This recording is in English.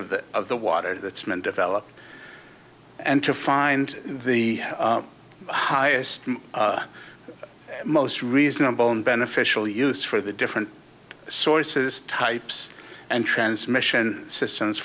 of the of the water that's been developed and to find the highest and most reasonable and beneficial use for the different sources types and transmission systems